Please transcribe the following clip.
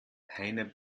heiner